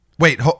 Wait